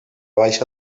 baixa